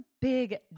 big